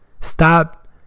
stop